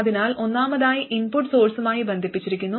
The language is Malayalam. അതിനാൽ ഒന്നാമതായി ഇൻപുട്ട് സോഴ്സുമായി ബന്ധിപ്പിച്ചിരിക്കുന്നു